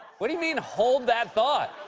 what do you mean, hold that thought?